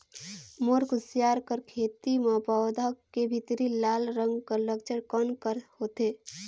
मोर कुसियार कर खेती म पौधा के भीतरी लाल रंग कर लक्षण कौन कर होथे?